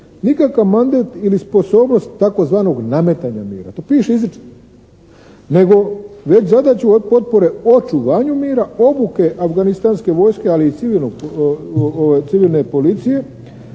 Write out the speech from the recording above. nikakav mandat ili sposobnost tzv. nametanja mira. To piše izričito. Nego već zadaću od potpore o očuvanju mira, obuke afganistanske vojske, ali i civilne policije,